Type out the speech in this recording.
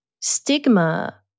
stigma